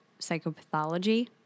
psychopathology